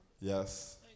Yes